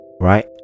right